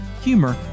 humor